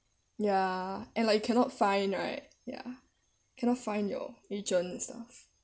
ya and like you cannot find right ya cannot find your region and stuff